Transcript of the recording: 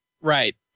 Right